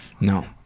no